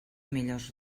millors